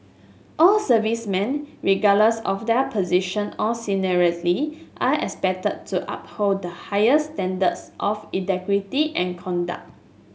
all servicemen regardless of their position or seniority are expected to uphold the highest standards of integrity and conduct